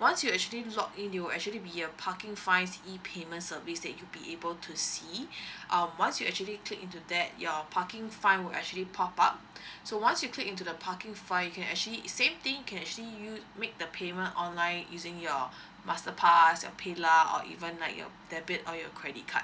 once you actually log in there will actually be a parking fines E_payment service that you will be able to see uh once you actually click into that your parking fine would actually pop up so once you click into the parking fine you can actually is same thing you can actually use make the payment online using your master pass your paylah or even like your debit or your credit card